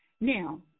Now